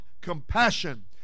compassion